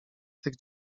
tych